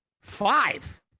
five